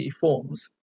forms